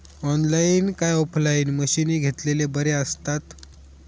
Online काय offline मशीनी घेतलेले बरे आसतात?